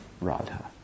Radha